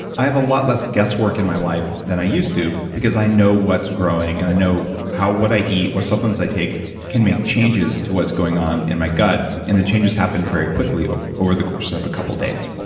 i have a lot less guesswork in my life than i used to because i know what's growing, and i know what i eat, what supplements i take can make changes to what's going on in my gut. the changes happen very quickly over the course of a couple days